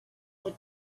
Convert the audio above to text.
will